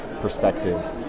perspective